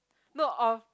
no of